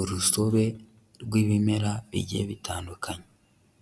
Urusobe rw'ibimera bigiye bitandukanye,